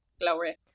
glory